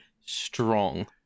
strong